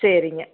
சரிங்க